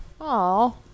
Aw